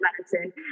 medicine